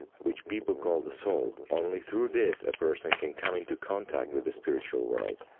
which people call the soul, only through this a person can come into contact with the spiritual world.